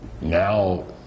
Now